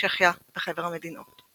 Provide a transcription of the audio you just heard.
צ'כיה וחבר המדינות.